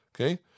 okay